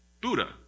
Buddha